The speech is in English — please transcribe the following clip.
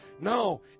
No